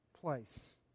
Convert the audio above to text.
place